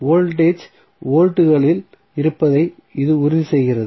voltage வோல்ட்டுகளில் இருப்பதை இது உறுதி செய்கிறது